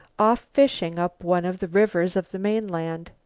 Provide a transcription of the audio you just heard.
off fishing up one of the rivers of the mainland.